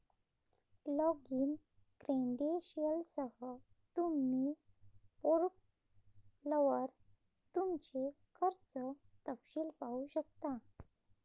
login क्रेडेंशियलसह, तुम्ही पोर्टलवर तुमचे कर्ज तपशील पाहू शकता